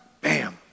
Bam